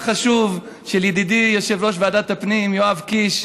חשוב של ידידי יושב-ראש ועדת הפנים יואב קיש,